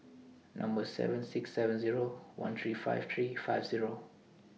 Number seven six seven Zero one three five three five Zero